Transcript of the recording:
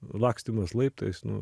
lakstymas laiptais nu